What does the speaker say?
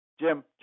Jim